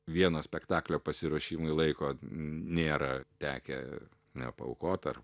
vieno spektaklio pasiruošimui laiko nėra tekę ne paaukot ar